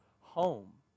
home